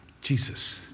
Jesus